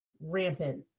rampant